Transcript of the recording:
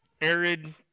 arid